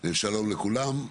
שלום לכולם.